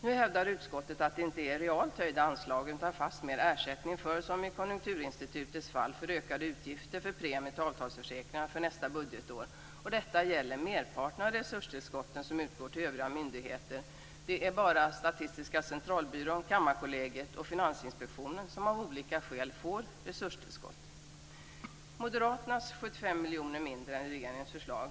Nu hävdar utskottet att det inte är realt höjda anslag utan fastmer ersättning för, som i Konjunkturinstitutets fall, ökade utgifter för premier till avtalsförsäkringar för nästa budgetår. Och detta gäller merparten av de resurstillskott som utgår till övriga myndigheter. Det är bara Statistiska centralbyrån, Kammarkollegiet och Finansinspektionen som av olika skäl får resurstillskott. Moderaterna föreslår 75 miljoner mindre än regeringens förslag.